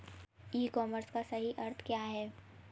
ई commerce का सही अर्थ क्या है?